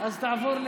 אז היא תעבור,